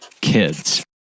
kids